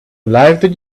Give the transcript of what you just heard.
lived